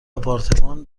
آپارتمان